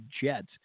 Jets